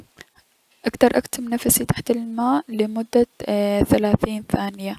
اكدر اكتم نفسي تحت الماء ايي- لمدة ثلاثين ثانية.